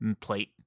plate